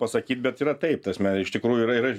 pasakyt bet yra taip ta prasme iš tikrųjų yra ir aš